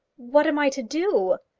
what am i to do?